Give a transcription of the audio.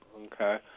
Okay